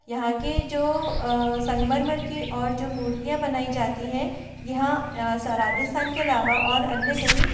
यहाँ के जो संगमरमर के ओर जो मूर्तियाँ बनाई जाती हैं यहाँ स राजस्थान के अलावा और अन्य कहीं